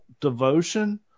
devotion